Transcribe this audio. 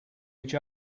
each